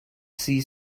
see